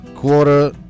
quarter